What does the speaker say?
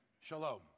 Shalom